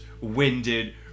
winded